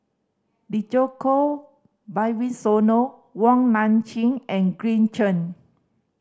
Djoko Wibisono Wong Nai Chin and Green Zeng